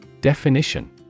Definition